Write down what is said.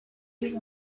you